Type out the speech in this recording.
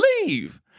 leave